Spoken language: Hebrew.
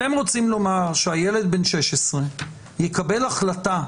אתם רוצים לומר שילד בן 16 יקבל החלטה,